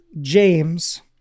james